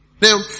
Now